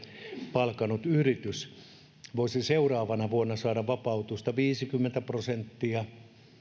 palkannut yritys voisi seuraavana vuonna saada vapautusta viisikymmentä prosenttia